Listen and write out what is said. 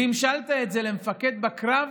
והמשלת את זה למפקד בקרב